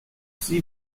sie